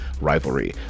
rivalry